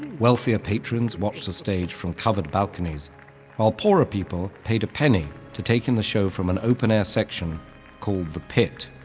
wealthier patrons watched the stage from covered balconies while poorer people paid a penny to take in the show from an open-air section called the pit.